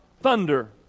thunder